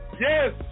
Yes